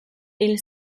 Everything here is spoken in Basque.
hil